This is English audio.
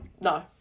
no